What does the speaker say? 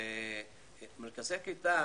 מרכזי קליטה